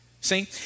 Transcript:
See